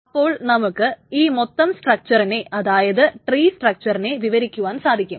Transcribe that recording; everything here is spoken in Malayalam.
അപ്പോൾ നമുക്ക് ഈ മൊത്തം സട്രക്ചറിനെ അതായത് ട്രീ സട്രക്ചറിനെ വിവരിക്കുവാൻ സാധിക്കാം